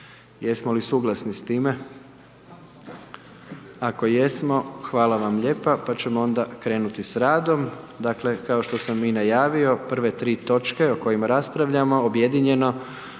Jesmo li suglasni s time? Ako jesmo, hvala vam lijepa, pa ćemo onda krenuti s radom. Dakle, kao što sam i najavio, prve tri točke o kojima raspravljamo objedinjeno